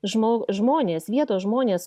žmo žmonės vietos žmonės